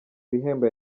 bihembo